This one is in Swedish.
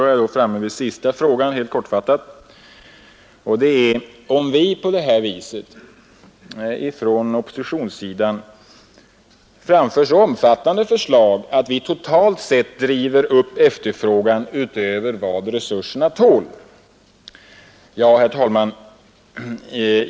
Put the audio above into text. Ö Den sista frågan, helt kortfattat, är då, om vi på oppositionssidan framför så omfattande förslag totalt sett att vi driver upp en efterfrågan utöver vad resurserna tål.